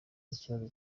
ikibazo